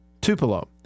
Tupelo